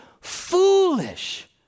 foolish